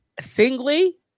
singly